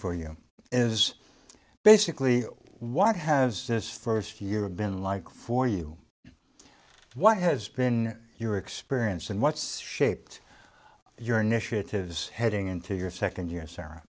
for you is basically what has this first year been like for you what has been your experience and what shaped your initiative is heading into your second year